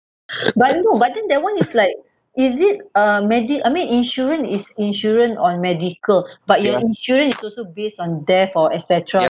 but no but then that one is like is it a medi~ I mean insurance is insurance on medical but your insurance is also based on there for etcetera